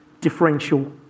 differential